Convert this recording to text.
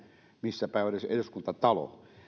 missäpäin on edes eduskuntatalo